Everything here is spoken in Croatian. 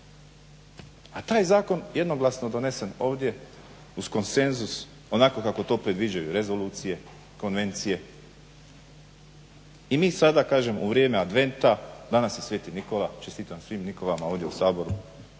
A taj zakon jednoglasno donesen ovdje uz konsenzus onako kako to predviđaju rezolucije, konvencije i mi sada u vrijeme adventa, danas je sv. Nikola, čestitam svim Nikolama ovdje u Saboru